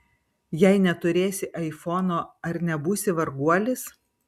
jei neturėsi aifono ar nebūsi varguolis